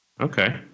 okay